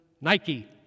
Nike